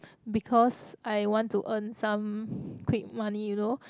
because I want to earn some quick money you know